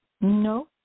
No